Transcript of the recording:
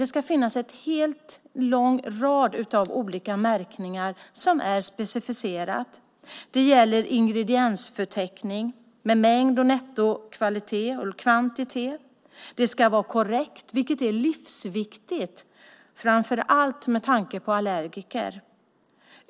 Det ska finnas en lång rad olika märkningar som är specificerade. Det ska finnas en ingrediensförteckning med mängd, nettokvalitet och kvantitet. Den ska vara korrekt, vilket är livsviktigt framför allt med tanke på allergiker.